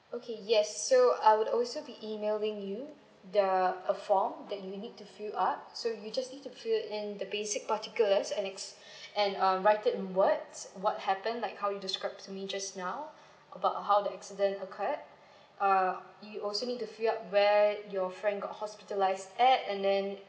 okay yes so I would also be emailing you the a form that you need to fill up so you just need to fill in the basic particulars and ex~ and um write it in words what happened like how you describe to me just now about how the incident occurred uh you also need to fill up where your friend got hospitalised at and then